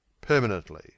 permanently